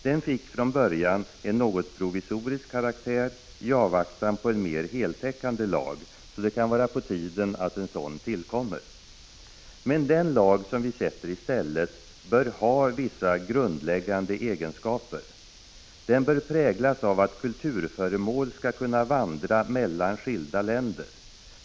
Den fick från början en något provisorisk karaktär i avvaktan på en mer heltäckande lag, så det kan vara på tiden att en sådan tillkommer. Men den lag som vi sätter i stället bör ha vissa grundläggande egenskaper: Den bör präglas av att kulturföremål skall kunna vandra mellan skilda länder.